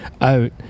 out